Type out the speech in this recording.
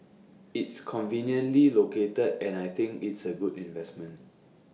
it's conveniently located and I think it's A good investment